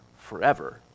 forever